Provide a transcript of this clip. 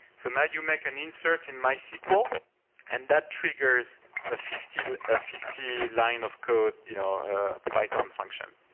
so now, you make an insert in mysql and that triggers a fifty ah fifty line of code you know ah python function.